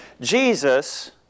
Jesus